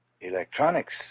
electronics